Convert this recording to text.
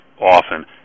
often